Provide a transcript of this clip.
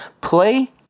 play